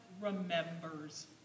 remembers